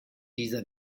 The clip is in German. dieser